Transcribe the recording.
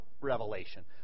revelation